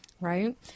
right